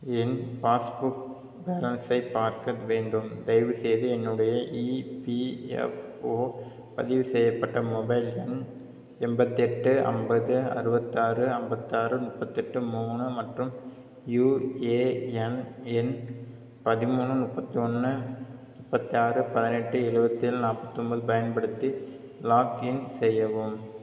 என் passbook பேலன்ஸை பார்க்க வேண்டும் தயவு செய்து என்னுடைய இபிஎஃப்ஓ பதிவு செய்யப்பட்ட மொபைல் எண் எண்பத்தி எட்டு ஐம்பது அறுபத்தாறு ஐம்பத்தாறு முப்பத்தெட்டு மூணு மற்றும் யூஏஎன் எண் பதிமூணு முப்பத்தி ஒன்று முப்பத்தாறு பதினெட்டு இருவத்தேழு நாற்பத்தொம்போது பயன்படுத்தி லாக்இன் செய்யவும்